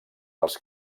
dels